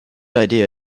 idea